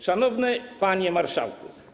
Szanowny Panie Marszałku!